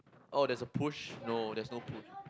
oh there's a push no there's no push